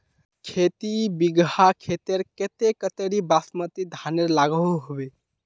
खेती बिगहा खेतेर केते कतेरी बासमती धानेर लागोहो होबे?